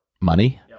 money